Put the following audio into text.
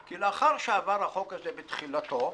כי לאחר שעבר החוק הזה בתחילתו,